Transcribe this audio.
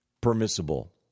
permissible